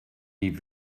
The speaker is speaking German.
die